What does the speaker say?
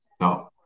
No